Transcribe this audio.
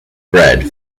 bread